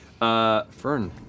Fern